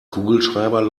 kugelschreiber